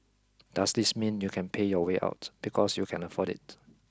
does this mean you can pay your way out because you can afford it